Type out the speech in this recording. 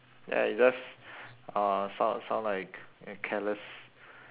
ya it's just uh sound sound like careless